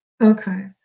Okay